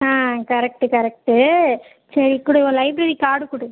ஆ correct correct சரி கொடு உன் லைப்ரரி கார்டு கொடு